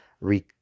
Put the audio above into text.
re